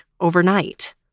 overnight